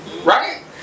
Right